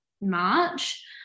March